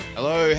Hello